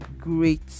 great